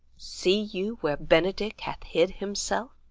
see you where benedick hath hid himself?